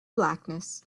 blackness